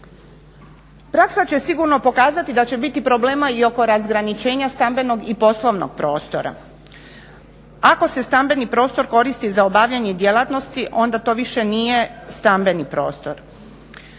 Praksa će sigurno pokazati da će biti problema i oko razgraničenja stambenog i poslovnog prostora ako se stambeni prostor koristi za obavljanje djelatnosti onda to više nije stambeni prostor.